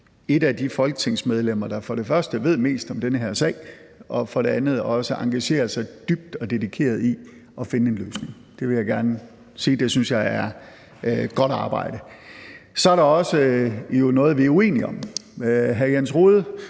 et af de folketingsmedlemmer, der for det første ved mest om den her sag og for det andet også engagerer sig dybt og dedikeret i at finde en løsning. Det vil jeg gerne sige at jeg synes er godt arbejde. Så er der i øvrigt også noget, vi er uenige om. Hr. Jens Rohde